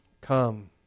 come